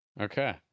Okay